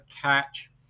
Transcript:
Catch